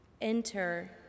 Enter